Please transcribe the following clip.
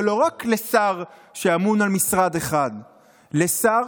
ולא רק לשר שאמון על משרד אחד אלא לשר